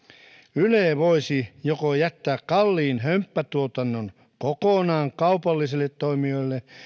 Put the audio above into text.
yle voisi joko jättää kalliin hömppätuotannon kokonaan kaupallisille toimijoille